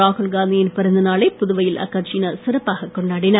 ராகுல்காந்தியின் பிறந்த நாளை புதுவையில் அக்கட்சியினர் சிறப்பாக கொண்டாடினர்